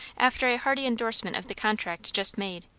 after a hearty endorsement of the contract just made.